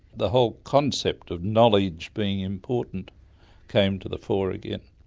the whole concept of knowledge being important came to the fore again,